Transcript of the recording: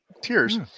tears